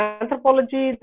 anthropology